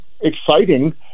exciting